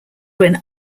when